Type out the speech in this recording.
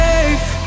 Safe